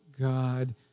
God